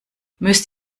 müsst